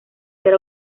ser